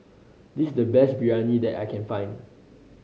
this is the best Biryani that I can find